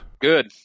good